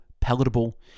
palatable